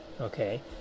okay